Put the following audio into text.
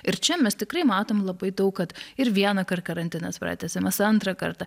ir čia mes tikrai matom labai daug kad ir vienąkart karantinas pratęsiamas antrą kartą